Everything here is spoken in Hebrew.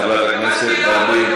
חברת הכנסת ורבין,